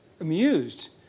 amused